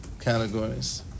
categories